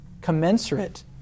commensurate